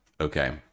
Okay